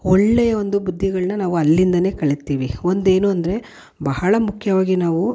ಒಳ್ಳೆಯ ಒಂದು ಬುದ್ಧಿಗಳನ್ನ ನಾವು ಅಲ್ಲಿಂದಲೇ ಕಳಿತೀವಿ ಒಂದೇನು ಅಂದರೆ ಬಹಳ ಮುಖ್ಯವಾಗಿ ನಾವು